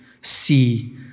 See